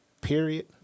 period